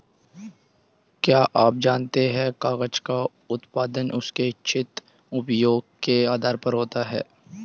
क्या आप जानते है कागज़ का उत्पादन उसके इच्छित उपयोग के आधार पर होता है?